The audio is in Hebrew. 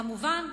כמובן,